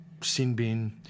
Sinbin